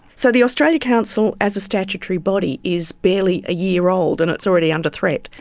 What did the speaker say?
so the australia council as a statutory body is barely a year old and it's already under threat?